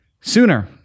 sooner